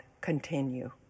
continue